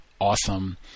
awesome